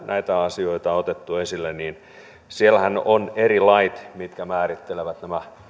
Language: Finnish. näitä asioita otettu esille siellähän on eri lait mitkä määrittelevät nämä